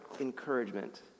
encouragement